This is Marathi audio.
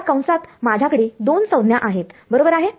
या कंसात माझ्याकडे दोन संज्ञा आहेत बरोबर आहे